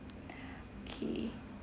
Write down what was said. K